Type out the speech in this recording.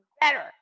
better